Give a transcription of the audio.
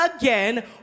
again